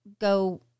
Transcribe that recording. go